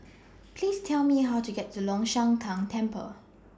Please Tell Me How to get to Long Shan Tang Temple